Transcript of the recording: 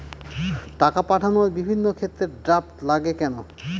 টাকা পাঠানোর বিভিন্ন ক্ষেত্রে ড্রাফট লাগে কেন?